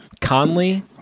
Conley